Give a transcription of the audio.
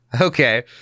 Okay